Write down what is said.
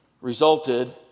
resulted